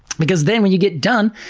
because then when you get done,